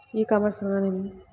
ఈ కామర్స్ అనగా నేమి?